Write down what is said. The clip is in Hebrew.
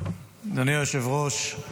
אדוני היושב-ראש,